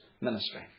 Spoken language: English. ministry